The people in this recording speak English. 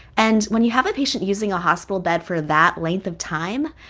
and when you have a patient using a hospital bed for that length of time,